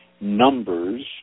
Numbers